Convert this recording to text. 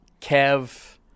kev